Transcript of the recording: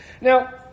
Now